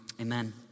Amen